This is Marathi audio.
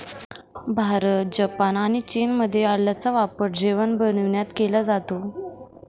भारत, जपान आणि चीनमध्ये आल्याचा वापर जेवण बनविण्यात केला जातो